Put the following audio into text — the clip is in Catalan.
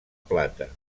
plata